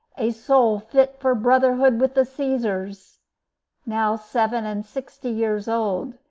a soul fit for brotherhood with the caesars now seven-and-sixty years old,